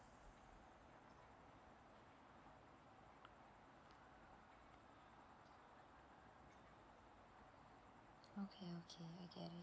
okay okay okay alright